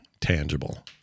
tangible